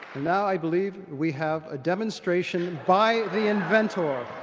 now i believe we have a demonstration by the inventor.